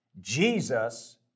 Jesus